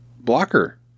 blocker